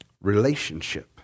relationship